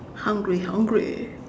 hungry hungry